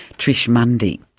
trish mundy.